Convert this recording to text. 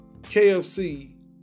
KFC